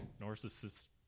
narcissist